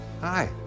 hi